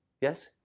Yes